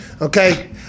Okay